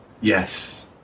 Yes